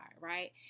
right